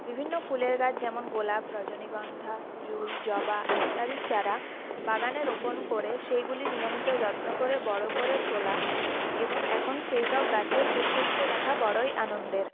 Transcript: বিভিন্ন ফুলের গাছ যেমন গোলাপ রজনীগন্ধা জুঁই জবা ইত্যাদির চারা বাগানে রোপণ করে সেইগুলির নিয়মিত যত্ন করে বড়ো করে তোলা এবং এখন সেই সব গাছে ফুল ফুটতে দেখা বড়োই আনন্দের